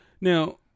Now